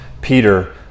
Peter